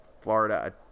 Florida